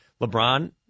LeBron